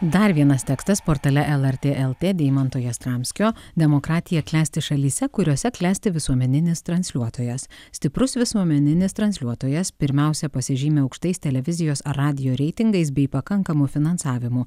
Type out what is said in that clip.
dar vienas tekstas portale lrt lt deimanto jastramskio demokratija klesti šalyse kuriose klesti visuomeninis transliuotojas stiprus visuomeninis transliuotojas pirmiausia pasižymi aukštais televizijos ar radijo reitingais bei pakankamu finansavimu